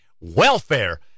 Welfare